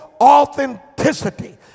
authenticity